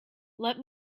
let